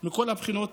מכל הבחינות,